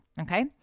Okay